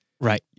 right